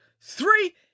three